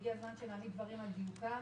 לכן הגיע הזמן שנעמיד דברים על דיוקם.